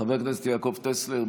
חבר הכנסת יעקב טסלר,